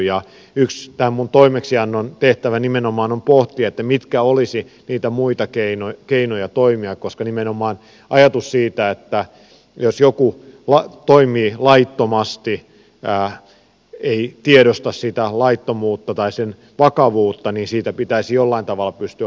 yksi tämän minun toimeksiantoni tehtävä nimenomaan on pohtia mitkä olisivat niitä muita keinoja toimia koska nimenomaan on ajatus siitä että jos joku toimii laittomasti ei tiedosta sitä laittomuutta tai sen vakavuutta niin siitä pitäisi jollain tavalla pystyä huomauttamaan